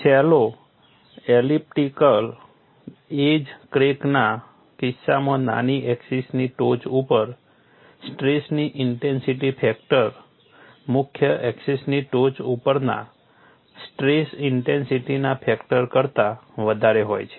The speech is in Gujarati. શેલો એલિપ્ટિકલ એજ ક્રેકના કિસ્સામાં નાની એક્સિસની ટોચ ઉપર સ્ટ્રેસની ઇન્ટેન્સિટી ફેક્ટર મુખ્ય એક્સિસની ટોચ ઉપરના સ્ટ્રેસ ઇન્ટેન્સિટીના ફેક્ટર કરતા વધારે હોય છે